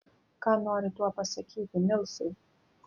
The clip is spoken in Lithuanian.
ką nori tuo pasakyti nilsai